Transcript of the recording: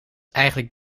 eigenlijk